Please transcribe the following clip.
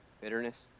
bitterness